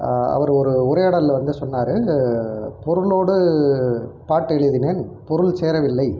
அவரு ஒரு உரையாடலில் வந்து சொன்னார் பொருளோடு பாட்டு எழுதினேன் பொருள் சேரவில்லை